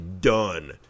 done